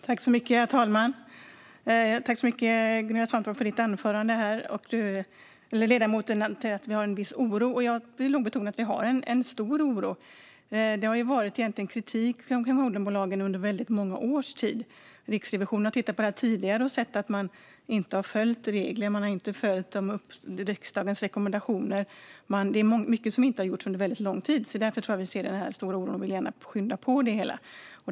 Herr talman! Tack så mycket, Gunilla Svantorp, för ditt anförande här! Ledamoten noterar att vi har en viss oro. Jag vill betona att vi har en stor oro. Det har varit kritik mot holdingbolagen under väldigt många års tid. Riksrevisionen har tittat på detta tidigare och sett att man inte har följt regler. Man har inte följt riksdagens rekommendationer. Det är mycket som inte har gjorts under väldigt lång tid. Det är därför vi ser den här stora oron och gärna vill skynda på det hela.